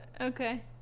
Okay